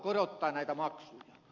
ärade talman